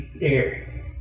air